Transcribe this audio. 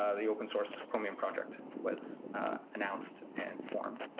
ah the open-source chromium project was announced and formed.